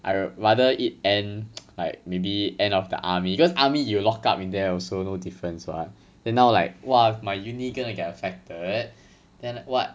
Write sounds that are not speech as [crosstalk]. I rather it end [noise] like maybe end of the army because army you lock up in there also no difference [what] then now like !wah! my uni gonna get affected then what